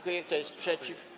Kto jest przeciw?